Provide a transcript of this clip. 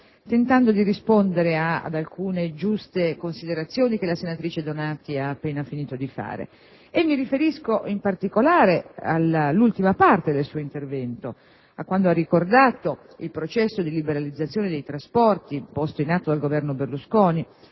tentando di rispondere ad alcune giuste considerazioni che la senatrice Donati ha appena finito di svolgere. Mi riferisco in particolare all'ultima parte del suo intervento, a quando ha ricordato il processo di liberalizzazione dei trasporti posto in atto dal Governo Berlusconi